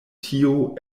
tio